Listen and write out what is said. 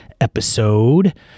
episode